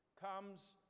comes